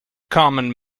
common